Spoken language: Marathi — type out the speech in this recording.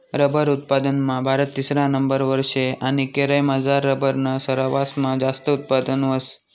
रबर उत्पादनमा भारत तिसरा नंबरवर शे आणि केरयमझार रबरनं सरवासमा जास्त उत्पादन व्हस